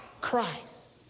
Christ